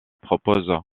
propose